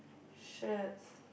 shaded